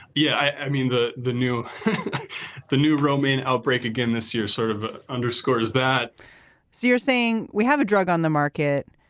yeah. i mean, the the new the new romaine outbreak again this year sort of underscores that so you're saying we have a drug on the market,